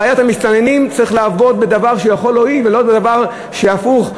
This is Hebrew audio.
על בעיית המסתננים צריך לעבוד בדבר שיכול להועיל ולא בדבר שהפוך,